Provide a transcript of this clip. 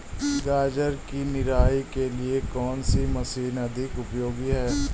गाजर की निराई के लिए कौन सी मशीन अधिक उपयोगी है?